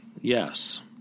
Yes